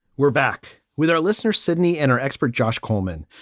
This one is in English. we're back with our listeners, sidney, and our expert, josh coleman,